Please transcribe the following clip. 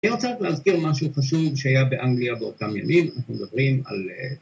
אני רוצה רק להזכיר משהו חשוב שהיה באנגליה באותם ימים, אנחנו מדברים על...